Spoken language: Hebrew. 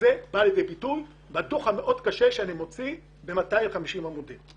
בא לידי ביטוי בדוח החמור שאני מוציא שמתפרס על פני 250 עמודים.